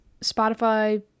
Spotify